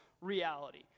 reality